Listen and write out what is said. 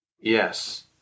Yes